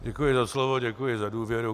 Děkuji za slovo, děkuji za důvěru.